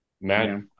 Matt